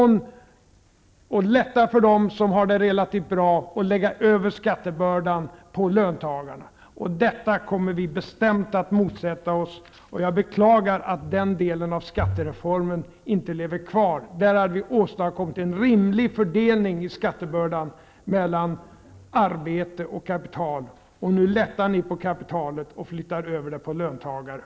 Ni vill lätta den för dem som har det relativt bra och lägga över skattebördan på löntagarna. Detta kommer vi bestämt att motsätta oss. Jag beklagar att den delen av skattereformen inte lever kvar. Där hade vi åstadkommit en rimlig fördelning av skattebördan mellan arbete och kapital. Nu lättar ni bördan på kapitalet och flyttar över den på löntagarna.